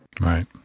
Right